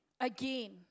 Again